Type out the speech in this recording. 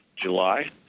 July